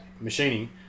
machining